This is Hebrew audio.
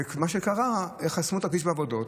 מה שקרה הוא שחסמו את הכביש בעבודות.